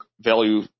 value